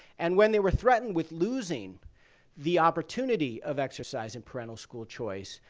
and when they were threatened with losing the opportunity of exercising parental school choice,